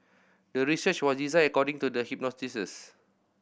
the research was designed according to the hypothesis